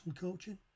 coaching